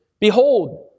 Behold